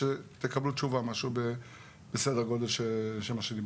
שתקבלו תשובה בסדר גודל של מה שדיברנו.